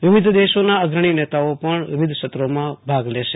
વિવિધ દેશોના અગ્રણી નેતાઓ પણ વિવિધસત્રોમાં ભાગ લેશે